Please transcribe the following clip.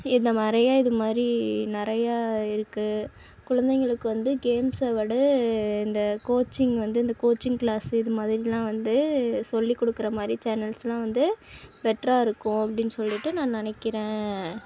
இந்தமாதிரியே அதுமாதிரி நிறைய இருக்குது குழந்தைங்களுக்கு வந்து கேம்ஸை விட இந்த கோச்சிங் வந்து இந்த கோச்சிங் கிளாஸு இதுமாதிரிலாம் வந்து சொல்லி கொடுக்குற மாதிரி சேனல்ஸ்லாம் வந்து பெட்டரா இருக்கும் அப்படின்னு சொல்லிட்டு நான் நெனைக்கிறேன்